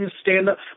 stand-up